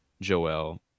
Joel